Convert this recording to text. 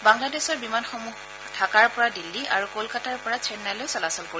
বাংলাদেশৰ বিমানসমূহ ঢাকাৰ পৰা দিল্লী আৰু কলকাতাৰ পৰা চেন্নাইলৈ চলাচল কৰিব